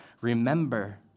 Remember